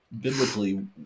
biblically